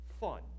fun